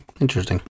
Interesting